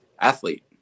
athlete